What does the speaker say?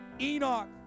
Enoch